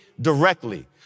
directly